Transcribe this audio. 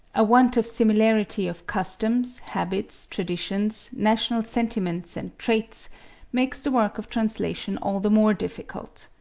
a want of similarity of customs, habits, traditions, national sentiments and traits makes the work of translation all the more difficult.